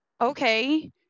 okay